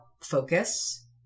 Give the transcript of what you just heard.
focus